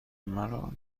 مرا